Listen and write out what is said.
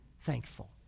thankful